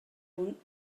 punt